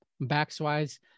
Backs-wise